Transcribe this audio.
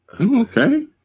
Okay